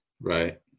Right